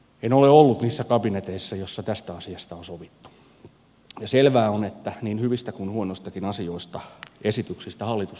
en ole ollut niissä kabineteissa joissa tästä asiasta on sovittu ja selvää on että niin hyvistä kuin huonoistakin asioista esityksistä hallitus kantaa vastuun